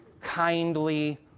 kindly